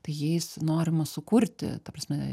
tai jais norima sukurti ta prasme